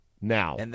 now